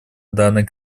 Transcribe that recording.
данной